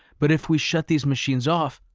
but if we shut these machines off,